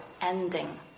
ending